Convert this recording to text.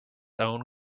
own